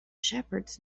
shepherds